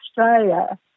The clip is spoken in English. Australia